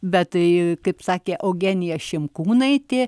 bet tai kaip sakė eugenija šimkūnaitė